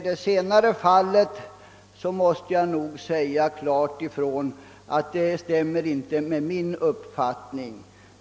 Menar man det senare, så måste jag säga att det inte stämmer med min uppfattning.